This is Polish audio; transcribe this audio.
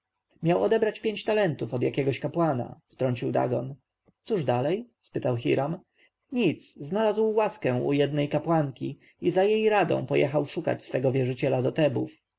miał odebrać pięć talentów od jakiegoś kapłana wtrącił dagon cóż dalej spytał hiram nic znalazł łaskę u jednej kapłanki i za jej radą pojechał szukać swego wierzyciela do tebów